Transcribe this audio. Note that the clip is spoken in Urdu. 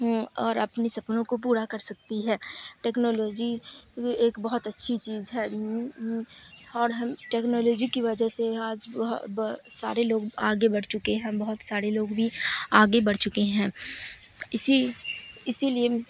اور اپنی سپنوں کو پورا کر سکتی ہے ٹیکنالوجی کیونکہ ایک بہت اچھی چیج ہے اور ہم ٹیکنالوجی کی وجہ سے آج سارے لوگ آگے بڑھ چکے ہیں بہت ساڑے لوگ بھی آگے بڑھ چکے ہیں اسی اسی لیے